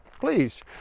Please